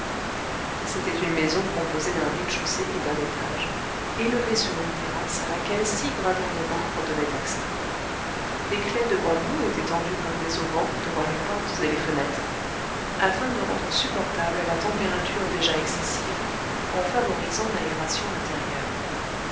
c'était une maison composée d'un rez-de-chaussée et d'un étage élevée sur une terrasse à laquelle six gradins de marbre donnaient accès des claies de bambous étaient tendues comme des auvents devant les portes et les fenêtres afin de rendre supportable la température déjà excessive en favorisant l'aération intérieure